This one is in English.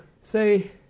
say